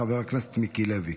חבר הכנסת מיקי לוי.